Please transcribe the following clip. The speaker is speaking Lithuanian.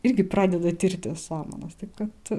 irgi pradeda tirti samanas taip kad